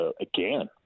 again